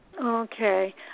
Okay